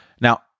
Now